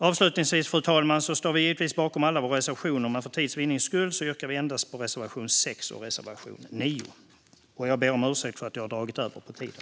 Avslutningsvis, fru talman, står vi givetvis bakom alla våra reservationer, men för tids vinnande yrkar vi bifall endast till reservationerna 6 och 9. Jag ber om ursäkt för att jag har dragit över tiden.